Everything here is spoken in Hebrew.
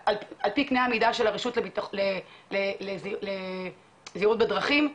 על פי קנה המידה של הרשות לזהירות בדרכים.